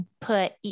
put